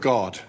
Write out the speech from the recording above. God